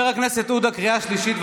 חבר הכנסת עודה, קריאה שלישית.